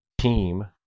team